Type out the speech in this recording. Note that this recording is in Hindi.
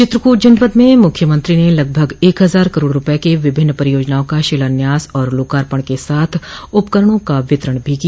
चित्रकूट जनपद में मुख्यमंत्री ने लगभग एक हजार करोड़ रूपये की विभिन्न परियोजनाओं का शिलान्यास और लोकार्पण के साथ उपकरणों का वितरण भी किया